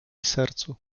sercu